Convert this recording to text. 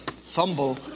fumble